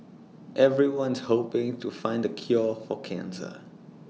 everyone's hoping to find the cure for cancer